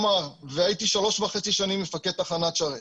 והייתי גם שלוש וחצי שנים מפקד תחנת שרת,